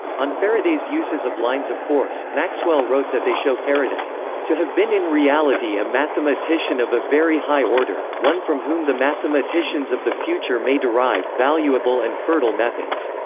on faraday's uses of lines of force, maxwell wrote that they show faraday to have been in reality a mathematician of a very high order one from whom the mathematicians of the future may derive valuable and fertile methods.